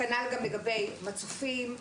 כך גם לגבי מצופים,